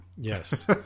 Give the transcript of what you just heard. yes